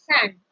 sand